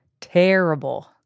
Terrible